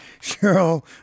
Cheryl